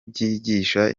byigisha